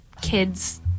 kids